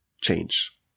change